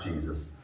Jesus